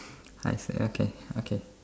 I see okay okay